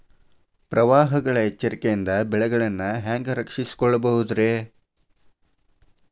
ಪ್ರವಾಹಗಳ ಎಚ್ಚರಿಕೆಯಿಂದ ಬೆಳೆಗಳನ್ನ ಹ್ಯಾಂಗ ರಕ್ಷಿಸಿಕೊಳ್ಳಬಹುದುರೇ?